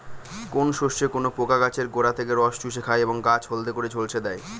কোন শস্যে কোন পোকা গাছের গোড়া থেকে রস চুষে খায় এবং গাছ হলদে করে ঝলসে দেয়?